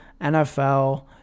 NFL